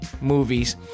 movies